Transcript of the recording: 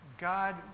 God